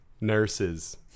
nurses